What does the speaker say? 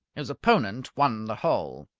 his opponent won the hole.